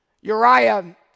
Uriah